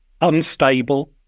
unstable